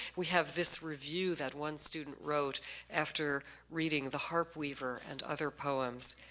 we have this review that one student wrote after reading the harp weaver and other poems.